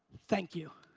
thank you.